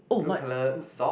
blue colour sock